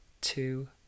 two